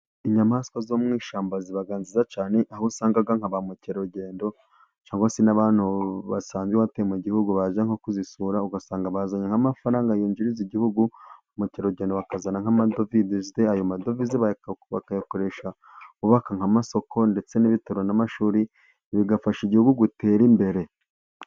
Inyamaswa zo mu ishyamba ziba nziza cyane, aho usanga nka ba mukerarugendo, cyangwa se n'abantu basanzwe batuye mu gihugu, baje nko kuzisura, ugasanga bazanye nk'amafaranga yinjiriza igihugu, ba mukerarugendo bakazana nk'amadovise zifite, ayo madovize bakayakoresha bubaka nk'amasoko ndetse n'ibitaro, n'amashuri, bigafasha igihugu gutera imbere.